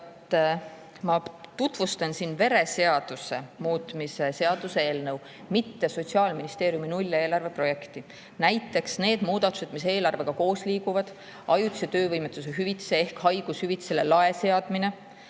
ma tutvustan siin vereseaduse muutmise seaduse eelnõu, mitte Sotsiaalministeeriumi nulleelarve projekti. Need muudatused, mis eelarvega koos liiguvad, näiteks ajutise töövõimetuse hüvitisele ehk haigushüvitisele lae seadmine,